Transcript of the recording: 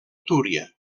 túria